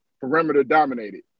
perimeter-dominated